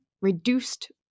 reduced